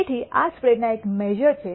તેથી આ સ્પ્રેડ ના મેશ઼ર છે